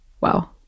Wow